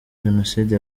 jenoside